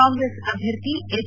ಕಾಂಗ್ರೆಸ್ ಅಭ್ಯರ್ಥಿ ಎಚ್